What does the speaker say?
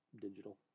digital